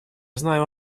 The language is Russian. знаю